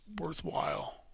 worthwhile